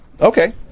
Okay